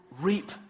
reap